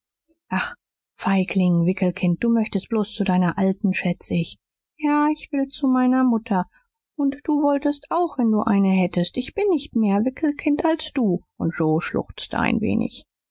ach feigling wickelkind du möchtst bloß zu deiner alten schätz ich ja ich will zu meiner mutter und du wolltst auch wenn du eine hättst ich bin nicht mehr wickelkind als du und joe schluchzte ein wenig